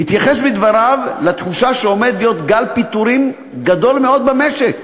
התייחס בדבריו לתחושה שעומד להיות גל פיטורים גדול מאוד במשק.